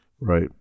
right